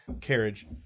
carriage